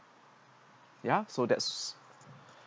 ya so that's